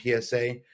PSA